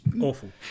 awful